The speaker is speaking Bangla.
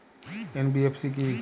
এন.বি.এফ.সি কী?